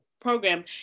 program